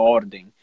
ordem